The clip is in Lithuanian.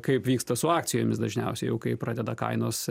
kaip vyksta su akcijomis dažniausiai kai pradeda kainos